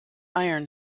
iron